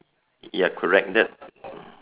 ya correct that